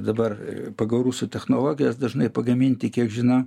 dabar pagal rusų technologijas dažnai pagaminti kiek žinau